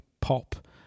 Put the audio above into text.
pop